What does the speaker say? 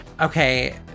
Okay